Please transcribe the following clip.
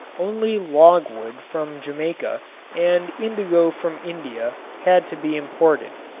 only logwood from jamaica and indigo from india had to be imported.